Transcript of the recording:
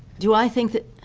do i think that